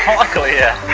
luckily yeah!